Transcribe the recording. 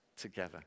together